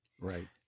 right